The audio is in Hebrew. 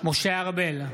משה ארבל,